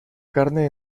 carne